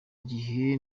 gihe